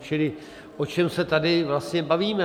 Čili o čem se tady vlastně bavíme?